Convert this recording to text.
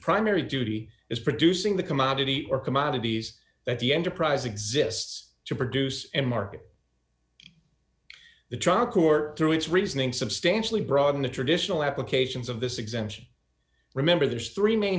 primary duty is producing the commodity or commodities that the enterprise exists to produce and market the trial court through its reasoning substantially broaden the traditional applications of this exemption remember there's three main